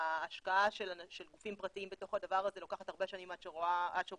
ההשקעה של גופים פרטיים בתוך הדבר הזה לוקחת הרבה שנים עד שרואים